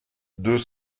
deux